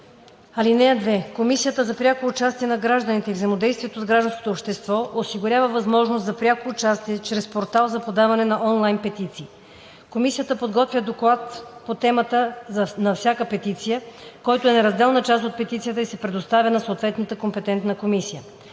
комисия. (2) Комисията за прякото участие на гражданите и взаимодействието с гражданското общество осигурява възможност за пряко участие чрез портал за подаване на онлайн петиции. Комисията подготвя доклад по темата на всяка петиция, който е неразделна част от петицията и се предоставя на съответната компетентна комисия.